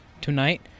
Tonight